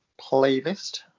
playlist